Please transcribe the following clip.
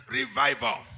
revival